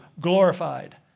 glorified